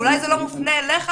אולי זה לא מופנה אליך,